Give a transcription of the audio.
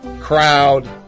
crowd